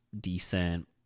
decent